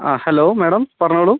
ആ hello madam പറഞ്ഞോളൂ